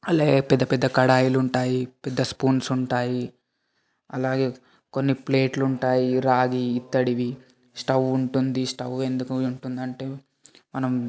అలాగే పెద్ద పెద్ద కడాయిలుంటాయి పెద్ద స్పూన్సుంటాయి అలాగే కొన్ని ప్లేట్లుంటాయి రాగి ఇత్తడివి స్టవ్ ఉంటుంది స్టవ్ ఎందుకుంటుందంటే మనం